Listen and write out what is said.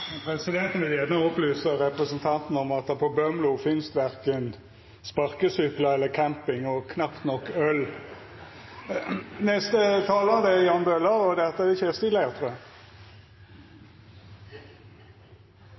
vil gjerne opplysa representanten om at på Bømlo finst det verken sparkesyklar eller camping og knapt nok øl.